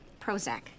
Prozac